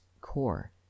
core